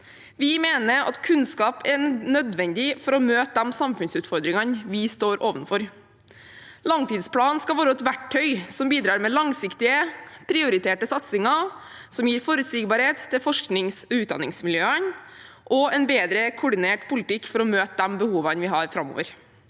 Vi mener at kunnskap er nødvendig for å møte de samfunnsutfordringene vi står overfor. Langtidsplanen skal være et verktøy som bidrar med langsiktige, prioriterte satsinger, som gir forutsigbarhet til forsknings- og utdanningsmiljøene og en bedre koordinert politikk for å møte de behovene vi har framover.